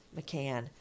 McCann